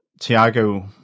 Tiago